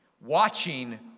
watching